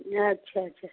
ଆଚ୍ଛା ଆଚ୍ଛା